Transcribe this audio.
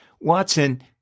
Watson